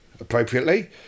appropriately